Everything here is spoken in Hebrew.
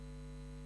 חברי חברי הכנסת,